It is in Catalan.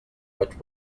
vaig